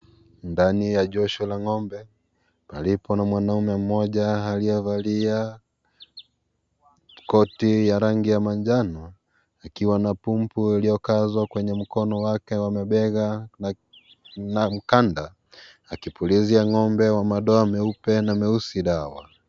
Ndani ya joshi la ng'ombe palipo na mwanamume mmoja aliyevalia koti ya rangi ya manjano, akiwa na pampu iliyokazwa kwa mkono wake wa mabega na mkanda akipulizia ng'ombe wa madoa meupe na meusi dawa.